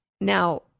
now